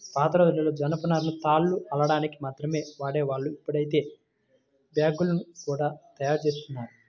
పాతరోజుల్లో జనపనారను తాళ్లు అల్లడానికి మాత్రమే వాడేవాళ్ళు, ఇప్పుడైతే బ్యాగ్గుల్ని గూడా తయ్యారుజేత్తన్నారు